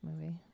movie